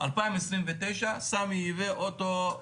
2029 סמי ייבא רכב בנזין,